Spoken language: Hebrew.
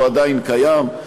הוא עדיין קיים.